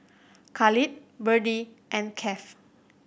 Khalil Berdie and Keith